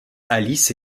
alice